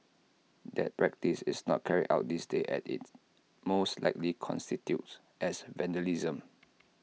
that practice is not carried out these days as IT most likely constitutes as vandalism